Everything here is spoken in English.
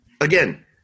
again